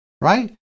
right